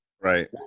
right